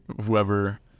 whoever